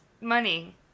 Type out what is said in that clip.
money